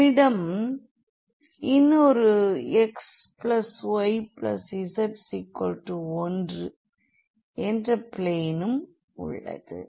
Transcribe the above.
நம்மிடம் இன்னொரு xyz1 என்ற பிளேனும் உள்ளது